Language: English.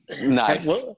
Nice